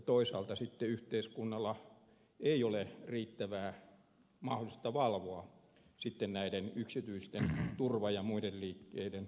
toisaalta yhteiskunnalla ei ole riittävää mahdollisuutta valvoa näitten yksityisten turva ja muiden liikkeiden ammattitaitoa